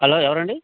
hello ఎవరండి